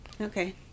Okay